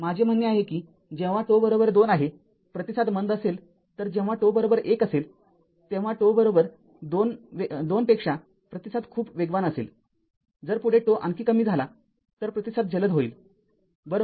माझे म्हणणे आहे की जेव्हा ζ२ आहे प्रतिसाद मंद असेल तरजेव्हा ζ १ असेल तेव्हा ζ २ पेक्षा प्रतिसाद खूप वेगवान असेलजर पुढे ζ आणखी कमी झाला तर प्रतिसाद जलद होईल बरोबर